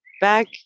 back